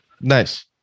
nice